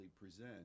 present